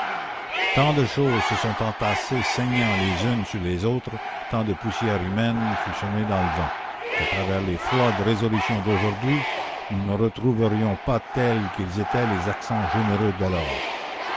tant de choses se sont entassées saignant les unes sur les autres tant de poussière humaine fut semée dans le vent qu'à la commune travers les froides résolutions d'aujourd'hui nous ne retrouverions pas tels qu'ils étaient les accents généreux d'alors